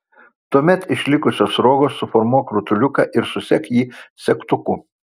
tuomet iš likusios sruogos suformuok rutuliuką ir susek jį segtuku